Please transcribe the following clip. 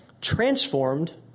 transformed